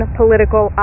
political